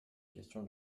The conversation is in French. question